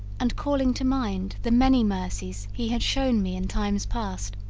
and, calling to mind the many mercies he had shewn me in times past,